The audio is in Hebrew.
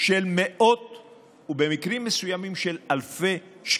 של מאות שקלים, ובמקרים מסוימים של אלפי שקלים,